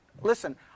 listen